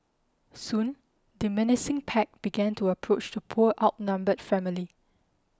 soon the menacing pack began to approach the poor outnumbered family